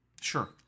Sure